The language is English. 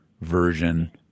version